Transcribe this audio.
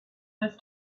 was